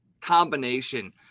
combination